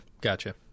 gotcha